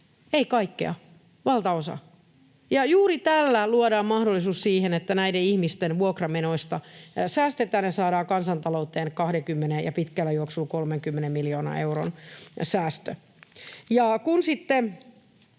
ei kaikkea, valtaosa. Ja juuri tällä luodaan mahdollisuus siihen, että näiden ihmisten vuokramenoista säästetään ja saadaan kansantalouteen 20:n ja pitkällä juoksulla 30 miljoonan euron säästö.